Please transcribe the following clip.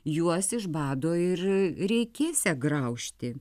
juos iš bado ir reikėsią graužti